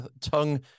tongue